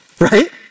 right